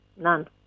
None